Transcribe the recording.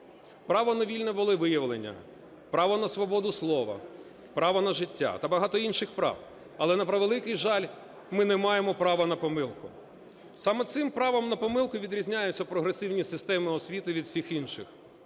Право на вільне волевиявлення, право свободу слова, право на життя та багато інших прав, але, на превеликий жаль, ми не маємо права на помилку. Саме цим правом на помилку відрізняються прогресивні системи освіти від всіх інших.